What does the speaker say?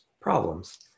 problems